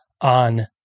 on